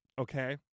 Okay